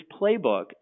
playbook